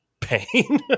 pain